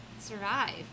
survive